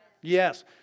Yes